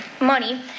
money